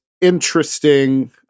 interesting